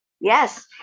Yes